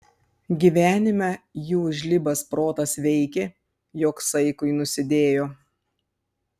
gyvenime jų žlibas protas veikė jog saikui nusidėjo